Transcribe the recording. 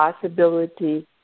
possibility